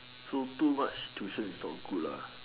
so too much tuition is not good lah